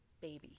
baby